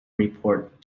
report